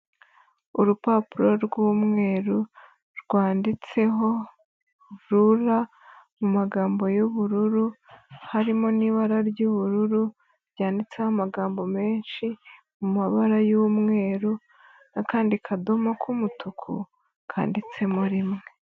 Urupapuro rw'umweru rwanditseho rura mu magambo y'ubururu, harimo n'ibara ry'ubururu ryanditseho amagambo menshi mu mabara y'umweru n'akandi kadomo k'umutuku kanditsemo rimwe.